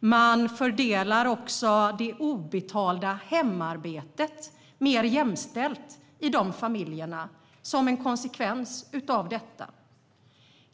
Man fördelar också det obetalda hemarbetet mer jämställt i de familjerna, som en konsekvens av detta.